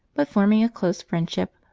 but forming a close friendship,